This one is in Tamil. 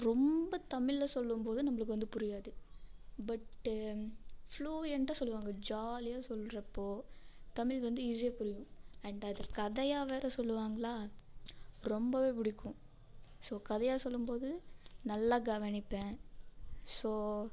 ரொம்ப தமிழில் சொல்லும் போது நம்மளுக்கு வந்து புரியாது பட்டு ஃப்ளுயன்ட்டாக சொல்லுவாங்க ஜாலியாக சொல்கிறப்போ தமிழ் வந்து ஈஸியாக புரியும் அண்டு அது கதையாக வேற சொல்லுவாங்களா ரொம்ப பிடிக்கும் ஸோ கதையாக சொல்லும் போது நல்லா கவனிப்பேன் ஸோ